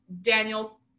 Daniel